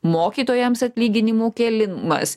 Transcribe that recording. mokytojams atlyginimų kėlimas